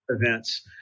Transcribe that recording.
events